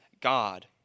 God